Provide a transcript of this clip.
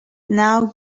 now